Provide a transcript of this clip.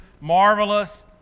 marvelous